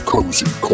Cozy